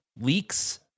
leaks